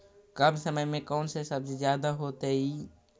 कम समय में कौन से सब्जी ज्यादा होतेई?